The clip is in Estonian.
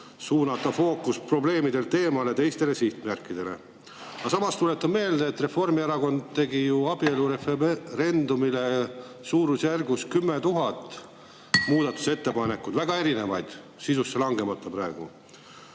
suunati fookus eemale teistele sihtmärkidele. Aga samas tuletan meelde, et Reformierakond tegi ju abielureferendumile suurusjärgus 10 000 muudatusettepanekut, väga erinevaid, sisusse ma ei lange praegu.